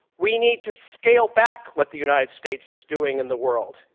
we need to scale back what the united states is doing in the world.